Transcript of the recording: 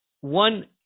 one